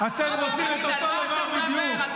אתם רוצים את אותו דבר בדיוק.